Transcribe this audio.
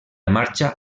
marxa